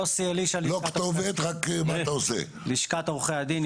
יוסי אלישע, לשכת עורכי הדין.